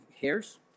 hairs